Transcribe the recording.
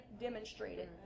demonstrated